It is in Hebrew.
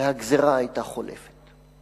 והגזירה היתה חולפת.